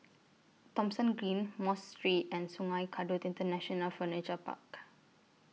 Thomson Green Mosque Street and Sungei Kadut International Furniture Park